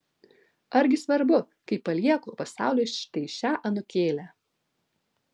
argi svarbu kai palieku pasauliui štai šią anūkėlę